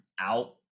out